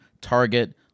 Target